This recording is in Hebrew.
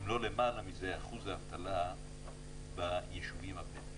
אם לא למעלה מזה, אחוז האבטלה ביישובים הבדואים.